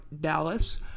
Dallas